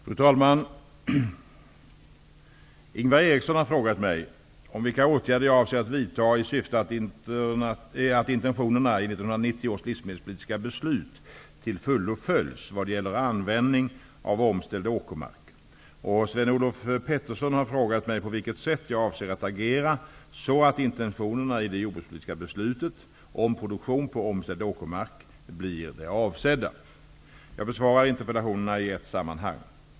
Fru talman! Ingvar Eriksson har frågat mig vilka åtgärder jag avser att vidta för att intentionerna i 1990 års livsmedelspolitiska beslut till fullo följs vad gäller användning av omställd åkermark, och Sven Olof Petersson har frågat mig på vilket sätt jag avser att agera så att intentionerna i det jordbrukspolitiska beslutet om produktion på omställd åkermark blir de avsedda. Jag besvarar interpellationerna i ett sammanhang.